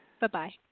Bye-bye